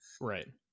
right